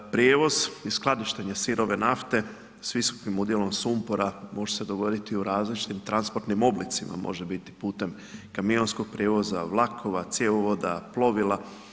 Prijevoz i skladištenje sirove nafte s visokim udjelom sumpora može se dogoditi u različitim transportnim oblicima, može biti putem kamionskog prijevoza, vlakova, cjevovoda, plovila.